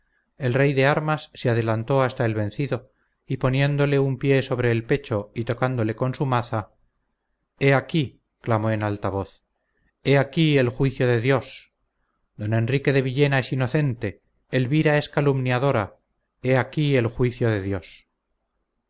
el rey de armas se adelantó hasta el vencido y poniéndole un pie sobre el pecho y tocándole con su maza he aquí clamó en voz alta he aquí el juicio de dios don enrique de villena es inocente elvira es calumniadora he aquí el juicio de dios